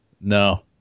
No